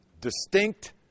distinct